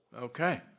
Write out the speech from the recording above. Okay